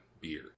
beer